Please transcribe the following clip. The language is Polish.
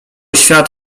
świat